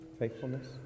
Faithfulness